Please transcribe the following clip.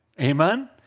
Amen